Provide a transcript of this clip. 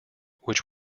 which